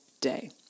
day